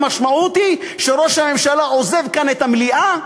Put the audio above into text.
המשמעות היא שראש הממשלה עוזב כאן את המליאה,